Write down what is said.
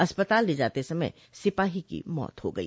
अस्पताल ले जाते समय सिपाही की मौत हो गई